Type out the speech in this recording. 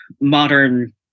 modern